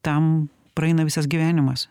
tam praeina visas gyvenimas